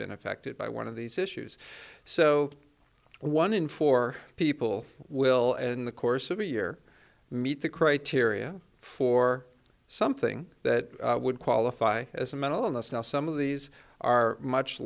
been affected by one of these issues so one in four people will in the course of a year meet the criteria for something that would qualify as a mental illness now some of these are much